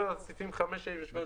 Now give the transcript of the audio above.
היא נעברת בהיקפים גדולים.